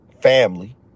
family